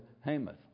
Hamath